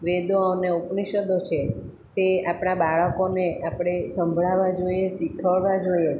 વેદો અને ઉપનિષદો છે તે આપણા બાળકોને આપણે સંભળાવવા જોઈએ શિખવાડવા જોઈએ